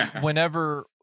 whenever